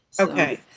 Okay